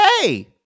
Hey